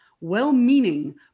well-meaning